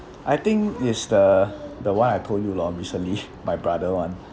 I think it's the the one I told you lor recently my brother [one]